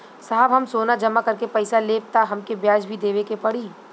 साहब हम सोना जमा करके पैसा लेब त हमके ब्याज भी देवे के पड़ी?